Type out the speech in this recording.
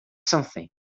something